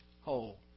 whole